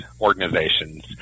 organizations